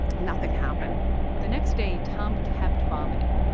nothing happened the next day, tom kept vomiting.